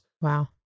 wow